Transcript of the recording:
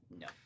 No